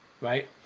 right